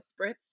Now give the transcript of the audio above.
spritz